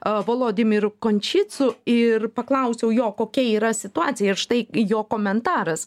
a volodimiru konšicu ir paklausiau jo kokia yra situacija ir štai jo komentaras